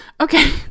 Okay